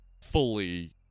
fully